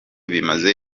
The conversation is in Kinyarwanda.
bimaze